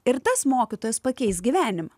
ir tas mokytojas pakeis gyvenimą